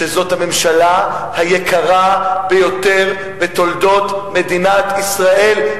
שזאת הממשלה היקרה ביותר בתולדות מדינת ישראל.